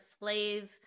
slave